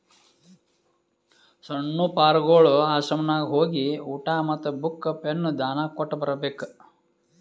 ಸಣ್ಣು ಪಾರ್ಗೊಳ್ ಆಶ್ರಮನಾಗ್ ಹೋಗಿ ಊಟಾ ಮತ್ತ ಬುಕ್, ಪೆನ್ ದಾನಾ ಕೊಟ್ಟ್ ಬರ್ಬೇಕ್